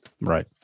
right